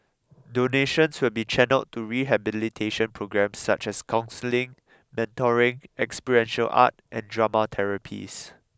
donations will be channelled to rehabilitation programmes such as counselling mentoring experiential art and drama therapies